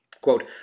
quote